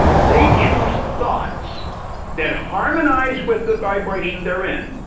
they choose thoughts that harmonize with the vibration they're in,